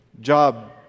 job